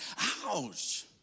ouch